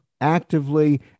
actively